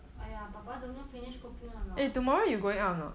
!aiya! papa don't know finish cooking or not